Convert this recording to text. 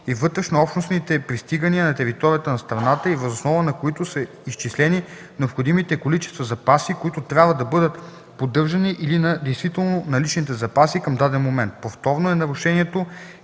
и вътрешнообщностните пристигания на територията на страната и въз основа на които са изчислени необходимите количества запаси, които трябва да бъдат поддържани, или на действително наличните запаси към даден момент. 39. „Повторно” е нарушението,